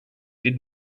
did